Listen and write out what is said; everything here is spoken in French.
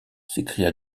s’écria